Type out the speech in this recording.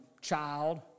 child